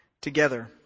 together